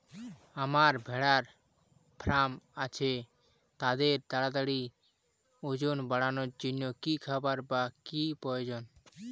আমার ভেড়ার ফার্ম আছে তাদের তাড়াতাড়ি ওজন বাড়ানোর জন্য কী খাবার বা কী প্রয়োজন?